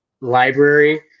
library